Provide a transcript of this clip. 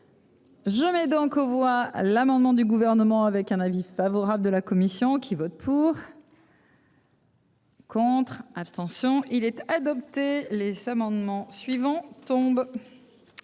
Je mets donc aux voix l'amendement du gouvernement avec un avis favorable de la commission qui vote pour. Contre, abstention il est adopté les s'amendements suivants tombe.